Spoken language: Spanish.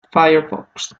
firefox